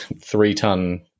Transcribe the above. three-ton